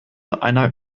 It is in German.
einer